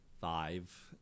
five